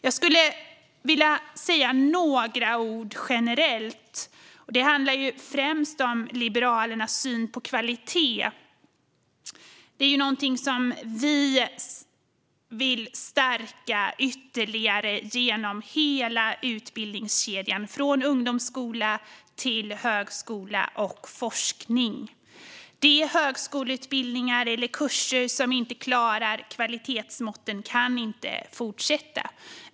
Jag skulle vilja säga några ord generellt, och det handlar främst om Liberalernas syn på kvalitet. Vi vill stärka kvaliteten ytterligare genom hela utbildningskedjan, från ungdomsskola till högskola och forskning. De högskoleutbildningar eller kurser som inte klarar kvalitetsmåtten kan inte fortsätta.